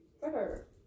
better